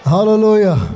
Hallelujah